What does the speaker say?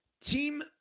team